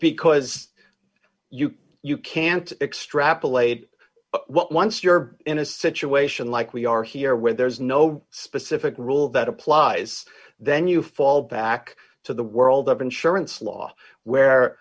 because you can't extrapolate what once you're in a situation like we are here where there's no specific rule that applies then you fall back to the world of insurance law where